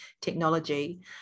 technology